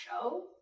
show